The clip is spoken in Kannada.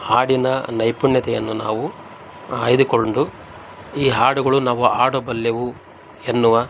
ಹಾಡಿನ ನೈಪುಣ್ಯತೆಯನ್ನು ನಾವು ಆಯ್ದುಕೊಂಡು ಈ ಹಾಡುಗಳು ನಾವು ಹಾಡಬಲ್ಲೆವು ಎನ್ನುವ